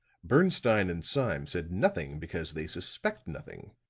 bernstine and sime said nothing because they suspect nothing.